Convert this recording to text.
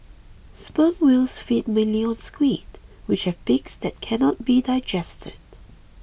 sperm whales feed mainly on squid which have beaks that cannot be digested